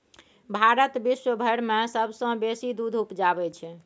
भारत विश्वभरि मे सबसँ बेसी दूध उपजाबै छै